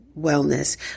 wellness